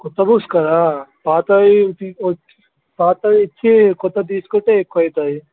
క్రొత్త బుక్స్ కదా పాతవి పాతవి ఇచ్చి క్రొత్తది తీసుకుంటే ఎక్కువవుతాయి